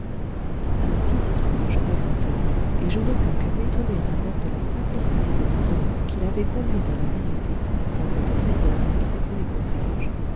ainsi s'exprima joseph rouletabille et je ne pus que m'étonner encore de la simplicité de raisonnement qui l'avait conduit à la vérité dans cette affaire de la complicité des concierges